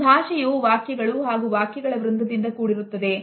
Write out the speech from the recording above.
ಒಂದು ಭಾಷೆಯು ವಾಕ್ಯಗಳು ಹಾಗೂ ವಾಕ್ಯಗಳ ವೃಂದದಿಂದ ಕೂಡಿರುತ್ತದೆ